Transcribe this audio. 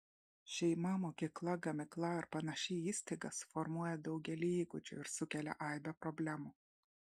šeima mokykla gamykla ar panaši įstaiga suformuoja daugelį įgūdžių ir sukelia aibę problemų